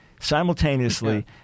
simultaneously